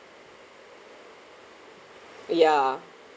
ya